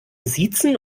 siezen